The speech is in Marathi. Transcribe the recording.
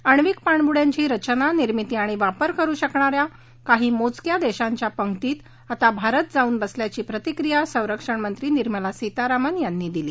आण्विक पाणबुडयांची रचना निर्मिती आणि वापर करु शकणा या काही मोजक्या देशाच्या पंगतीत आता भारत जाऊन बसल्याची प्रतिक्रिया संरक्षण मंत्री निर्मला सीतारामन यांनी दिली